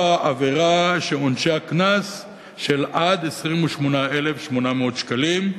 עבירה שעונשה קנס של עד 28,800 שקלים.